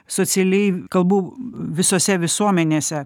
socialiai kalbu visose visuomenėse